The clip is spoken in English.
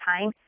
time